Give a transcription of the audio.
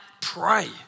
pray